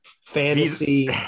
fantasy